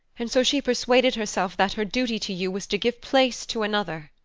and so she persuaded herself that her duty to you was to give place to another.